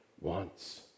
wants